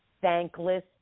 thankless